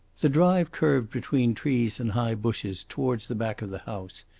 the drive curved between trees and high bushes towards the back of the house,